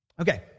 Okay